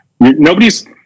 Nobody's